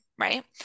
right